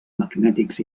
magnètics